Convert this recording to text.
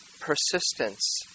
persistence